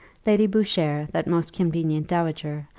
lady boucher, that most convenient dowager,